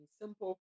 simple